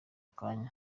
akanya